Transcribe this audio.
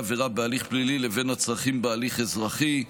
עבירה בהליך פלילי לבין הצרכים בהליך אזרחי,